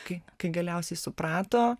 kai kai galiausiai suprato